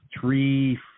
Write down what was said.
three